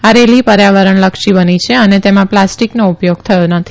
આ રેલી પર્યાવરણ લક્ષી બની છે અને તેમાં પ્લાસ્ટીકનો ઉપયોગ થયો નથી